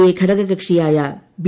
A ഘടകകക്ഷിയായ B